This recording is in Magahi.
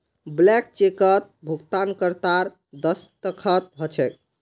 ब्लैंक चेकत भुगतानकर्तार दस्तख्त ह छेक